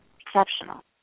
Exceptional